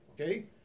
Okay